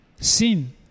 sin